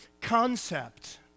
concept